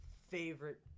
favorite